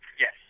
Yes